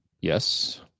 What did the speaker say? Yes